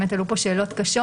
באמת עלו פה שאלות קשות,